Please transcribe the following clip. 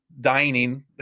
dining